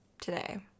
today